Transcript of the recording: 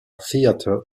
theater